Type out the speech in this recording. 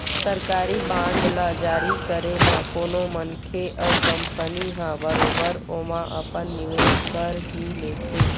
सरकारी बांड ल जारी करे म कोनो मनखे अउ कंपनी ह बरोबर ओमा अपन निवेस कर ही लेथे